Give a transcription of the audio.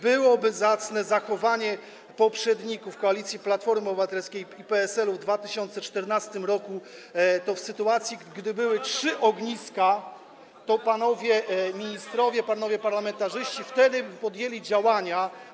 Gdyby zachowanie poprzedników, koalicji Platformy Obywatelskiej i PSL-u, w 2014 r. było zacne, to w sytuacji gdy były trzy ogniska, panowie ministrowie, panowie parlamentarzyści podjęliby działania.